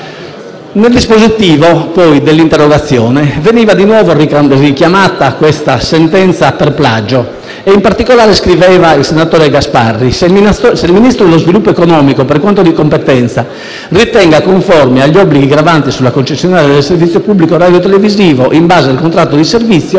Nel dispositivo dell'interrogazione veniva di nuovo richiamata la condanna per plagio. In particolare, scriveva il senatore Gasparri: «Se il Ministro dello sviluppo economico, per quanto di competenza, ritenga conforme agli obblighi gravanti sulla concessionaria del servizio pubblico radiotelevisivo, in base al contratto di servizio, il